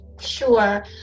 Sure